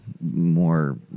more